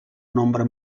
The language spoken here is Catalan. nombre